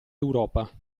europa